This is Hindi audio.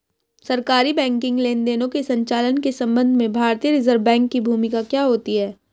सरकारी बैंकिंग लेनदेनों के संचालन के संबंध में भारतीय रिज़र्व बैंक की भूमिका क्या होती है?